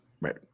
Right